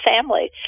family